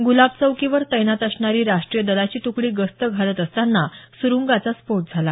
ग्रलाब चौकीवर तैनात असणारी राष्ट्रीय दलाची तुकडी गस्त घालत असताना सुरुंगाचा स्फोट झाला